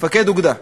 מפקד אוגדה.